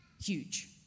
huge